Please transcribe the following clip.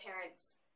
parents